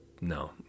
No